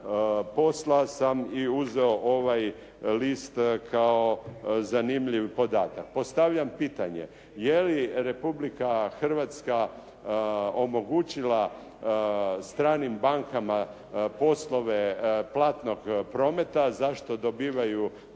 posla sam i uzeo ovaj list kao zanimljiv podatak. Postavljam pitanje, je li Republika Hrvatska omogućila stranim bankama poslove platnog prometa za što dobivaju debelu